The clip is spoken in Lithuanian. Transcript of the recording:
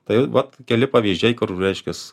tai vat keli pavyzdžiai kur reiškias